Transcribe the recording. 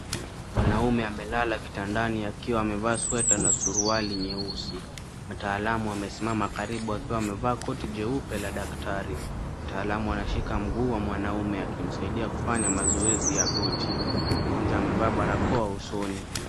Mwanamume amelala kitandani akiwa amevaa sweta na suruali nyeusi. Mtaalamu amesimama karibu akiwa amevaa koti jeupe la daktari. Mtaalamu anashika mguu wa mwanamume akimsaidia kufanya mazoezi ya goti. Mgonjwa amevaa barakoa usoni.